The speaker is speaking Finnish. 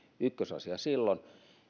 ykkösasia silloin